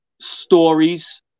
stories